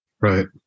right